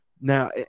Now